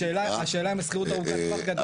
השאלה אם השכירות ארוכת טווח גדלה.